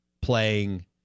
playing